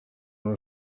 una